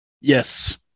Yes